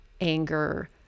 anger